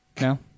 No